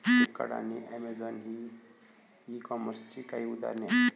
Flipkart आणि Amazon ही e कॉमर्सची काही उदाहरणे आहे